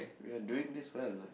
we are doing this well